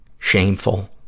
shameful